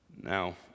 Now